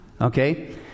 Okay